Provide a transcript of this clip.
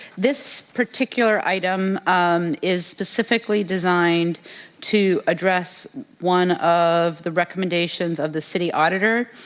this particular item um is specifically designed to address one of the recommendations of the city auditor,